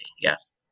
Yes